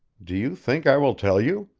do you think i will tell you?